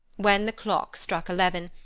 when the clock struck eleven,